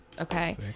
okay